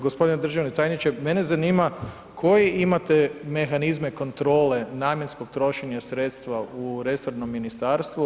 Gospodine državni tajniče, mene zanima koje imate mehanizme kontrole namjenskog trošenja sredstva u resornom ministarstvu.